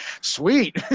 sweet